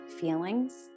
feelings